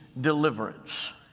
deliverance